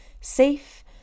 safe